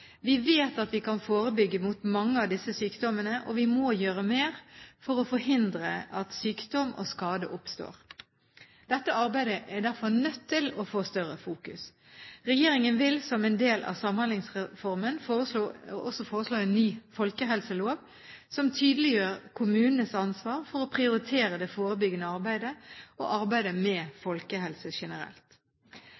Vi vet at vi kan forebygge mot mange av disse sykdommene, og vi må gjøre mer for å forhindre at sykdom og skade oppstår. Dette arbeidet er derfor nødt til å få større fokus. Regjeringen vil som en del av Samhandlingsreformen også foreslå en ny folkehelselov som tydeliggjør kommunenes ansvar for å prioritere det forebyggende arbeidet, og arbeidet med